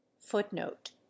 Footnote